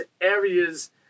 areas